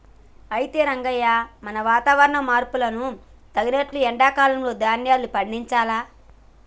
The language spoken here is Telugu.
అయితే రంగయ్య మనం వాతావరణ మార్పును తగినట్లు ఎండా కాలంలో ధాన్యాలు పండించాలి